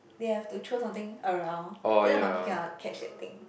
they have to throw something around and then the monkey cannot catch that thing